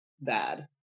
bad